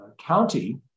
county